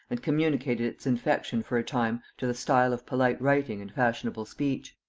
and communicated its infection for a time to the style of polite writing and fashionable speech.